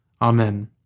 Amen